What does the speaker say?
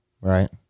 right